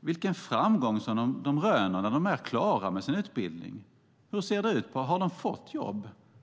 vilken framgång de röner när de är klara med sin utbildning. Hur ser det ut? Har de fått jobb?